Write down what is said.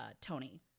Tony